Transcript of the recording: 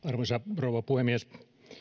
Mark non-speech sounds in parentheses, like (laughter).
(unintelligible) arvoisa rouva puhemies